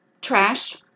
Trash